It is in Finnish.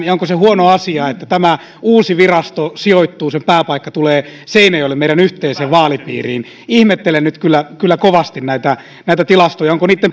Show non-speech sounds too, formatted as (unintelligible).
(unintelligible) ja onko se huono asia että tämä uusi virasto sijoittuu sen pääpaikka tulee seinäjoelle meidän yhteiseen vaalipiiriimme ihmettelen nyt kyllä kyllä kovasti näitä näitä tilastoja onko